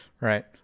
Right